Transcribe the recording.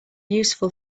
useful